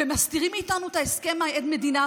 ומסתירים מאיתנו את הסכם עד המדינה,